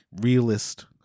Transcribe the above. realist